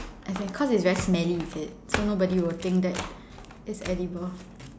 as in cause is very smelly is it so nobody will think that is edible